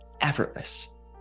effortless